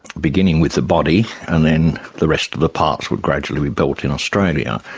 beginning with the body, and then the rest of the parts would gradually be built in australia.